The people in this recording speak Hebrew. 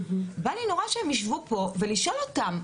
בא לי נורא שהם יישבו פה ולשאול אותם,